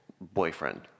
boyfriend